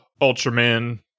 Ultraman